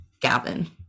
Gavin